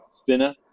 spinner